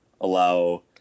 allow